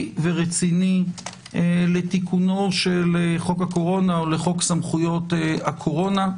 ורציני לתיקונו של חוק הקורונה או לחוק סמכויות הקורונה.